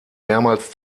mehrmals